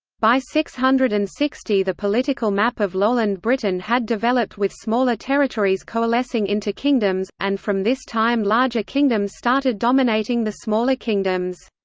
by six hundred and sixty the political map of lowland britain had developed with smaller territories coalescing into kingdoms, and from this time larger kingdoms started dominating the smaller kingdoms.